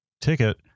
ticket